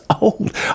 old